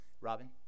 Robin